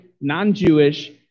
non-Jewish